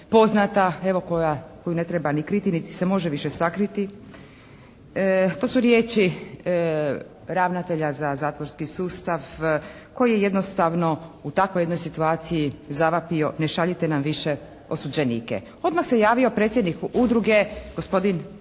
poznata, evo koju ne treba ni kriti niti se može više sakriti, to su riječi ravnatelja za zatvorski sustav koji je jednostavno u takvoj jednoj situaciji zavapio ne šaljite nam više osuđenike. Odmah se javio predsjednik udruge, gospodin